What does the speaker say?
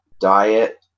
diet